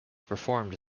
performed